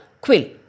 quill